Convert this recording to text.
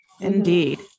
indeed